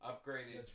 Upgraded